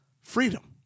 freedom